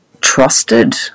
trusted